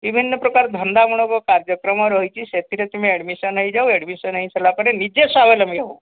ବିଭିନ୍ନ ପ୍ରକାର ଧନ୍ଦାମୂଳକ କାର୍ଯ୍ୟକ୍ରମ ରହିଛି ସେଥିରେ ତୁମେ ଆଡ଼ମିଶନ୍ ହେଇଯାଅ ଆଡ଼ମିଶନ୍ ହେଇସାରିଲା ପରେ ନିଜେ ସ୍ୱାବଲମ୍ବୀ ହେବ